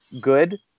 good